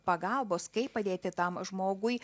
pagalbos kaip padėti tam žmogui